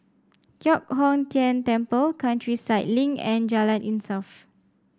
Giok Hong Tian Temple Countryside Link and Jalan Insaf